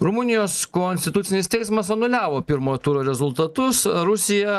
rumunijos konstitucinis teismas anuliavo pirmo turo rezultatus rusija